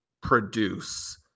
produce